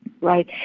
Right